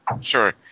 sure